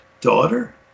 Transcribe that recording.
Daughter